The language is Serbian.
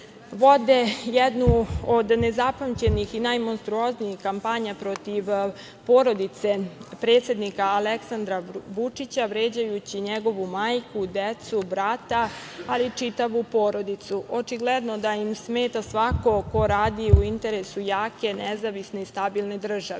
Vode jednu od nezapamćenih i najmonstruoznijih kampanja protiv porodice predsednika Aleksandra Vučića vređajući njegovu majku, decu, brata, ali i čitavu porodicu. Očigledno da im smeta svako ko radi u interesu jake, nezavisne i stabilne države. To